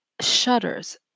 shudders